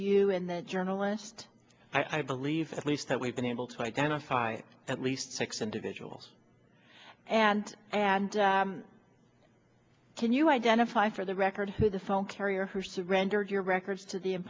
you in the journalist i believe at least that we've been able to identify at least six individuals and and can you identify for the record who the phone carrier her surrendered your records to